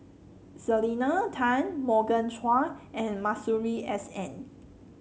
Selena Tan Morgan Chua and Masuri S N